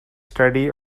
study